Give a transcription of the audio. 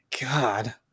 God